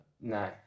no